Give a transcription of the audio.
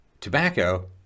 tobacco